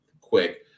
quick